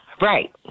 right